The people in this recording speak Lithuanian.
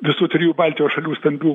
visų trijų baltijos šalių stambių